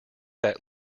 that